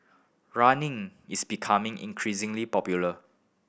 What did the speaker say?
running is becoming increasingly popular